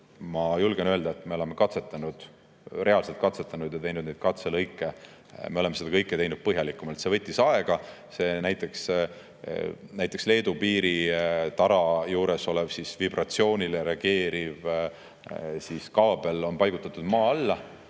julgen ma öelda, et me oleme katsetanud, reaalselt katsetanud, teinud katselõike ja me oleme seda kõike teinud põhjalikumalt. See võttis aega. Näiteks, Leedu piiritara juures olev vibratsioonile reageeriv kaabel on paigutatud maa alla,